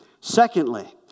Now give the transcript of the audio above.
Secondly